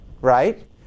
right